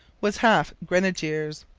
was half grenadiers,